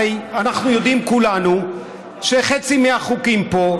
הרי אנחנו יודעים כולנו שחצי מהחוקים פה,